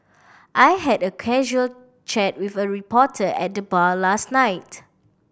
I had a casual chat with a reporter at the bar last night